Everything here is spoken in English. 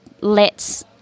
lets